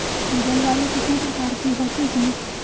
जलवायु कितने प्रकार की होती हैं?